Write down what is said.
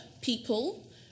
people